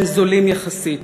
הם זולים יחסית.